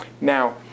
Now